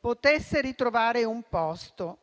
potesse ritrovare un posto